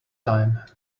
time